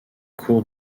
cours